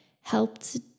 helped